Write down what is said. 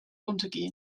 untergehen